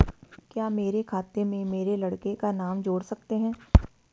क्या मेरे खाते में मेरे लड़के का नाम जोड़ सकते हैं?